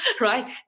right